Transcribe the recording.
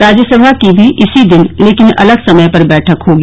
राज्यसभा की भी इसी दिन लेकिन अलग समय पर बैठक होगी